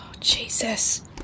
Jesus